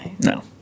no